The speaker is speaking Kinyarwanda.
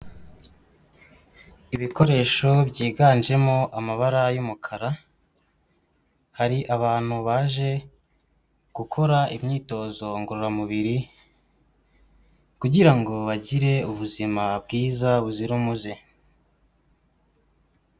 Ibikoresho byiganjemo amabara y'umukara, hari abantu baje gukora imyitozo ngororamubiri kugira ngo bagire ubuzima bwiza buzira umuze.